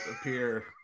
appear